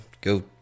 go